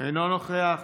אינו נוכח,